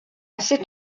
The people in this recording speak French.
cet